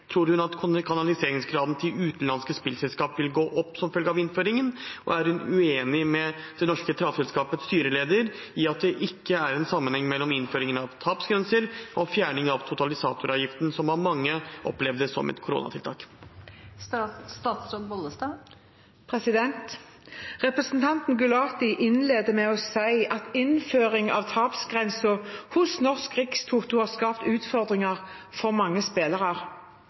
tror hun at kanaliseringsgraden til utenlandske spillselskap vil gå opp som følge av innføringen, og er hun uenig med Det Norske Travselskaps styreleder i at det ikke er en sammenheng mellom innføring av tapsgrenser og fjerning av totalisatoravgift som mange opplevde som et koronakrisetiltak?» Representanten Gulati innleder med å si at innføring av tapsgrenser hos Norsk Rikstoto har skapt utfordringer for mange spillere.